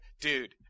dude